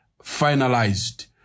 finalized